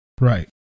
Right